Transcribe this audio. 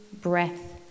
breath